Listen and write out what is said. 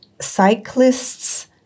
cyclists